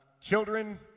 Children